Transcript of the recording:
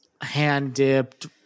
hand-dipped –